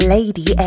Lady